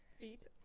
feet